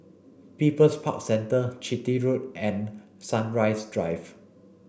People's Park Centre Chitty Road and Sunrise Drive